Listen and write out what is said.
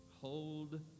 Hold